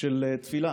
של תפילה,